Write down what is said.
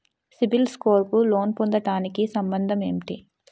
CIBIL score కు loan పొందటానికి సంబంధం ఏంటి?